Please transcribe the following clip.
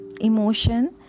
emotion